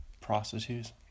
Prostitutes